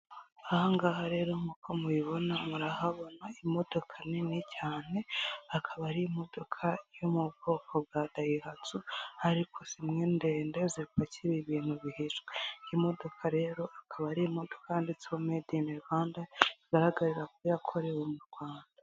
Aha ngaha rero nkuko mubibona, murahabona imodoka nini cyane, akaba ari imodoka yo mu bwoko bwa Dayihatsu, ariko zimwe ndende zipakira ibintu bihishwe. Iyi modoka rero akaba ari imodoka handitseho meyidi ini Rwanda, bigaragarira ko yakorewe mu Rwanda.